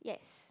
yes